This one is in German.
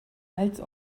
als